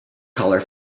colour